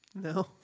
No